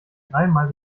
dreimal